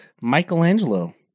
Michelangelo